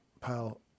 pal